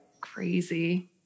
Crazy